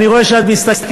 אני רואה שאת מסתכלת,